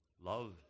Love